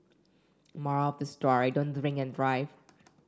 moral of the story don't drink and drive